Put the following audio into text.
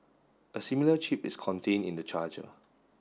a similar chip is contained in the charger